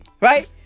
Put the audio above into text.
Right